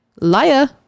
Liar